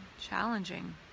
challenging